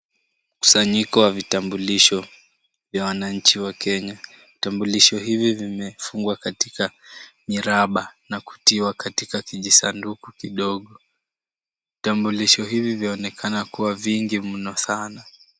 Mkusanyiko wa vitambulisho vya wananchi wa Kenya. Vitambulisho hivi vimefungwa katika miraba na kutiwa katika kijisanduku kidogo. Vitambulisho hivi vyaonekana kuwa vingi mno sana.